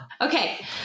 Okay